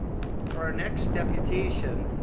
for our next deputation,